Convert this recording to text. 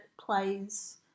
plays